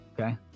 okay